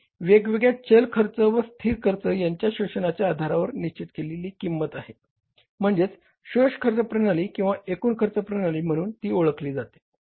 आणि वेगवेगळ्या चल खर्च व स्थिर खर्च यांच्या शोषणाच्या आधारावर निश्चित केलेली किंमत म्हणजे शोषण खर्च प्रणाली किंवा एकूण खर्च प्रणाली म्हणून ओळखली जाते